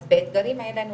אז באתגרים האלה,